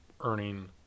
earning